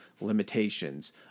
limitations